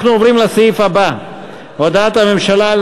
אנחנו עוברים לסעיף הבא: הודעת הממשלה על